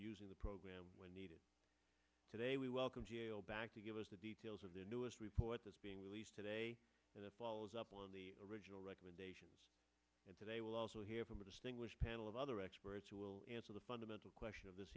using the program when needed today we welcome back to give us the details of the newest report that's being released today and the follows up on the original recommendations and today we'll also hear from a distinguished panel of other experts who will answer the fundamental question of this